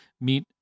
meet